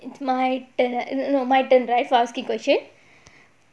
my turn now my turn right for asking question